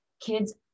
Kids